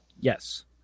Yes